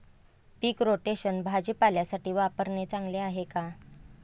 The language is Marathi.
पीक रोटेशन भाजीपाल्यासाठी वापरणे चांगले आहे का?